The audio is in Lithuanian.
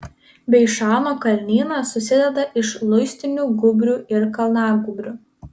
beišano kalnynas susideda iš luistinių gūbrių ir kalnagūbrių